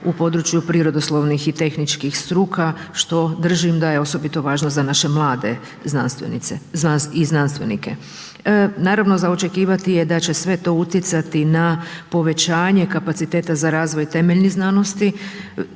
u području prirodoslovnih i tehničkih struka što držim da je osobito važno za naše mlade znanstvenice i znanstvenike. Naravno za očekivati je da će se sve to utjecati na povećanje kapaciteta za razvoj temeljnih znanosti,